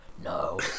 No